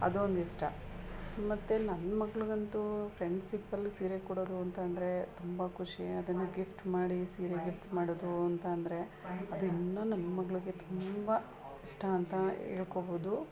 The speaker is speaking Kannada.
ಅದೊಂದು ಇಷ್ಟ ಮತ್ತು ನನ್ನ ಮಗ್ಳಿಗಂತೂ ಫ್ರೆಂಡ್ಸಿಪ್ಪಲ್ಲಿ ಸೀರೆ ಕೊಡೋದು ಅಂತಂದರೆ ತುಂಬ ಖುಷಿ ಅದನ್ನು ಗಿಫ್ಟ್ ಮಾಡಿ ಸೀರೆ ಗಿಫ್ಟ್ ಮಾಡೋದು ಅಂತಂದರೆ ಅದು ಇನ್ನು ನನ್ನ ಮಗ್ಳಿಗೆ ತುಂಬ ಇ ಅಂತ ಹೇಳ್ಕೊಬೋದು